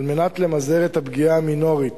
על מנת למזער את הפגיעה המינורית